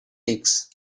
leaks